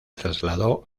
trasladó